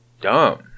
dumb